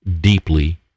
deeply